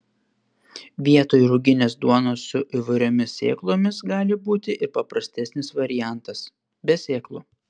vietoj ruginės duonos su įvairiomis sėklomis gali būti ir paprastesnis variantas be sėklų